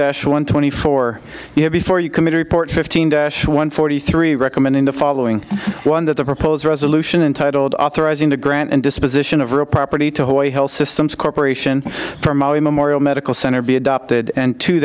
dash one twenty four you have before you committee report fifteen dash one forty three recommend in the following one that the proposed resolution entitled authorizing the grant and disposition of real property to hawaii health systems corporation for maui memorial medical center be adopted and to